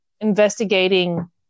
investigating